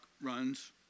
runs